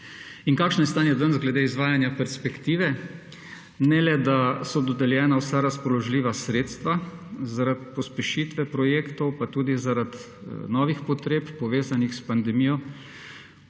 In kakšno je stanje danes glede izvajanja perspektive? Ne le, da so dodeljena vsa razpoložljiva sredstva, zaradi pospešitve projektov pa tudi zaradi novih potreb, povezanih s pandemijo